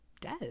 dead